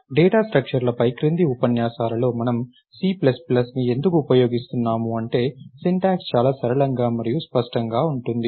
data స్ట్రక్చర్లపై క్రింది ఉపన్యాసాలలో మనం c ప్లస్ ప్లస్ని ఎందుకు ఉపయోగిస్తున్నాము అంటే సింటాక్స్ చాలా సరళంగా మరియు స్పష్టంగా ఉంటుంది